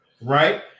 right